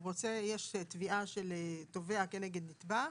יש תביעה של תובע כנגד נתבע,